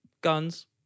Guns